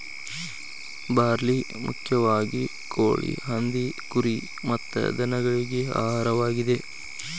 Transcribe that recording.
barley ಮುಖ್ಯವಾಗಿ ಕೋಳಿ, ಹಂದಿ, ಕುರಿ ಮತ್ತ ದನಗಳಿಗೆ ಆಹಾರವಾಗಿದೆ